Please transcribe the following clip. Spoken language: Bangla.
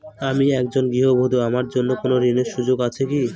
আমি একজন গৃহবধূ আমার জন্য কোন ঋণের সুযোগ আছে কি?